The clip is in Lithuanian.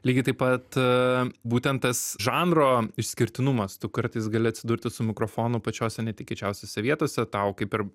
lygiai taip pat būtent tas žanro išskirtinumas tu kartais gali atsidurti su mikrofonu pačiose netikėčiausiose vietose tau kaip ir